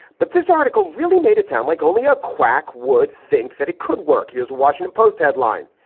but this article really made it sound like only a quack would think that it could work. here's washington post headline.